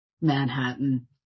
Manhattan